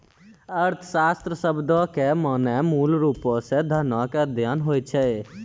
अर्थशास्त्र शब्दो के माने मूलरुपो से धनो के अध्ययन होय छै